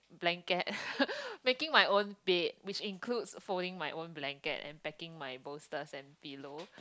blanket making my own bed which includes folding my own blanket and packing my bolsters and pillow